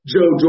Joe